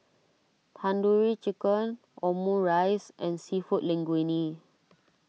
Tandoori Chicken Omurice and Seafood Linguine